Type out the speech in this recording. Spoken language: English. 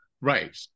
Right